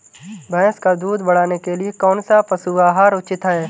भैंस का दूध बढ़ाने के लिए कौनसा पशु आहार उचित है?